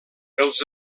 els